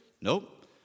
Nope